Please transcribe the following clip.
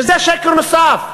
שזה שקר נוסף,